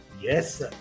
Yes